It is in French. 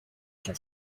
son